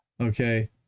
okay